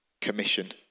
commission